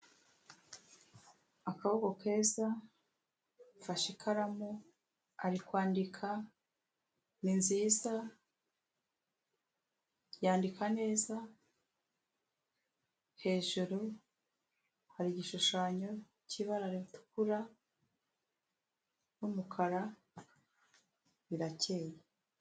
Akaboko keza afashe ikaramu ari kwandika, ni nziza, yandika neza, hejuru hari igishushanyo cy'ibara ritukura n'umukara birakeye.